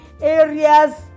areas